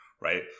right